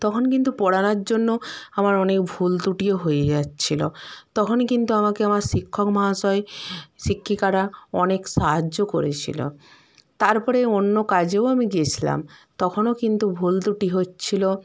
তখন কিন্তু পড়ানার জন্য আমার অনেক ভুল ত্রুটিও হয়ে যাচ্ছিলো তখন কিন্তু আমাকে আমার শিক্ষক মহাশয় শিক্ষিকারা অনেক সাহায্য করেছিলো তারপরে অন্য কাজেও আমি গিয়েছিলাম তখনও কিন্তু ভুল ত্রুটি হচ্ছিলো